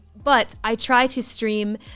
but i try to stream,